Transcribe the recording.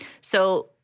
So-